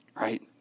right